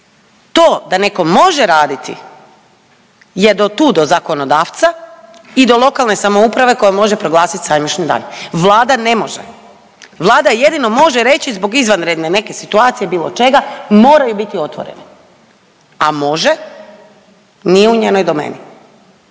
To da netko može raditi je do tu do zakonodavca i do lokalne samouprave koja može proglasiti sajmišni dan. Vlada ne može. Vlada jedino može reći zbog izvanredne neke situacije bilo čega, moraju biti otvoreni a može nije u njenoj domeni